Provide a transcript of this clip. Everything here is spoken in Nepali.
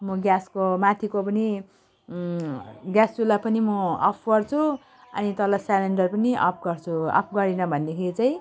म ग्यासको माथिको पनि ग्यास चुल्हा पनि म अफ गर्छु अनि तल सिलिन्डर पनि अफ गर्छु अफ गरिन भनेदेखि चाहिँ